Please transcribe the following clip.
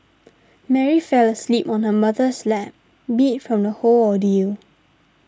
Mary fell asleep on her mother's lap beat from the whole ordeal